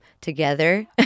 together